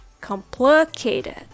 complicated